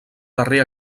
darrer